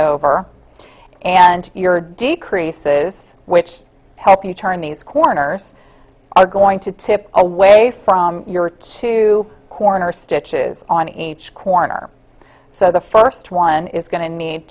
over and your decreases which help you turn these corners are going to tip away from your two corners stitches on each corner so the first one is going to need